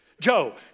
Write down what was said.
Joe